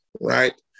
right